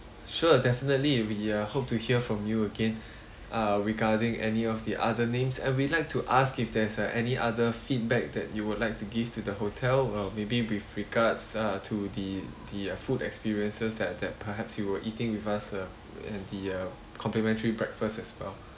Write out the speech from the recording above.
sure definitely we uh hope to hear from you again uh regarding any of the other names and we'd like to ask if there's uh any other feedback that you would like to give to the hotel or maybe with regards uh to the the uh food experiences that that perhaps you were eating with us uh and the uh complimentary breakfast as well